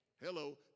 Hello